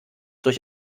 durch